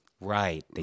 right